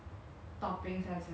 oh ya I remember